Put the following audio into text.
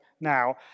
now